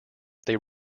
they